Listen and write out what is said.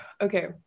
okay